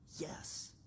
yes